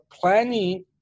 planning